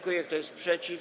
Kto jest przeciw?